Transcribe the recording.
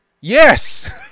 Yes